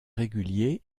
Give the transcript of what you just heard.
régulier